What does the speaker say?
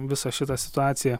visą šitą situaciją